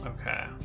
okay